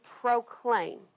proclaim